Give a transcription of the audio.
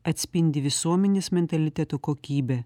atspindi visuomenės mentaliteto kokybę